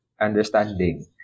understanding